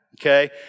okay